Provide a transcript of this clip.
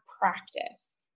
practice